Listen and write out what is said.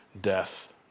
death